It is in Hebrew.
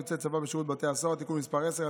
(הצבת יוצאי צבא בשירות בתי הסוהר) (תיקון מס' 10),